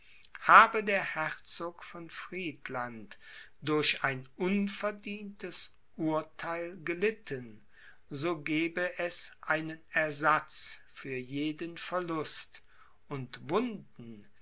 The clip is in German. habe der herzog von friedland durch ein unverdientes urtheil gelitten so gebe es einen ersatz für jeden verlust und wunden